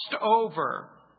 over